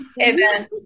Amen